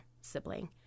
sibling